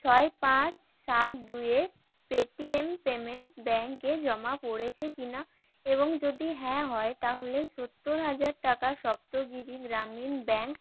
ছয় পাঁচ সাত দুয়ে পেটিএম পেমেন্টস ব্যাঙ্কে জমা পড়েছে কি না এবং যদি হ্যাঁ হয় তাহলে সত্তর হাজার টাকা সপ্তগিরি গ্রামীণ ব্যাঙ্ক